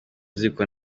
ziko